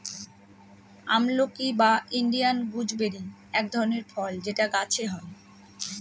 আমলকি বা Indian gooseberry এক ধরনের ফল যেটা গাছে হয়